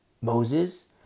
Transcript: Moses